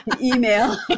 Email